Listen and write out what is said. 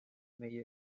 meie